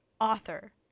author